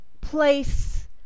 place